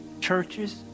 churches